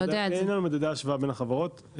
אין לנו מדדי השוואה בין החברות.